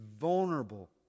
vulnerable